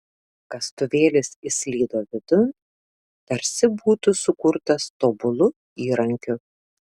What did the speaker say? kastuvėlis įslydo vidun tarsi būtų sukurtas tobulu įrankiu